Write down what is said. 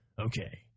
Okay